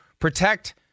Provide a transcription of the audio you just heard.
Protect